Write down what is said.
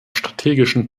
strategischen